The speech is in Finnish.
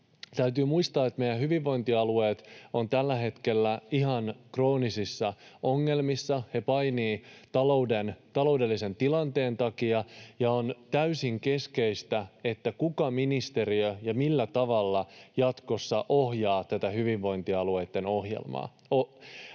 Täytyy muistaa, että meidän hyvinvointialueet ovat tällä hetkellä ihan kroonisissa ongelmissa. He painivat taloudellisen tilanteen takia, ja on täysin keskeistä, mikä ministeriö ja millä tavalla jatkossa ohjeistaa tätä hyvinvointialueitten ohjelmaa.